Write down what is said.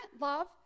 love